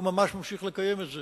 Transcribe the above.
והוא ממש ממשיך לקיים את זה